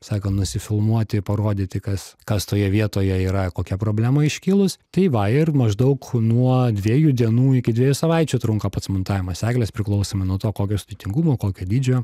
sakant nusifilmuoti parodyti kas kas toje vietoje yra kokia problema iškilus tai va ir maždaug nuo dviejų dienų iki dviejų savaičių trunka pats montavimas eglės priklausomai nuo to kokio sudėtingumo kokio dydžio